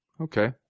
Okay